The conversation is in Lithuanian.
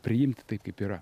priimti taip kaip yra